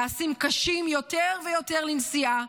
נעשים קשים יותר ויותר לנשיאה,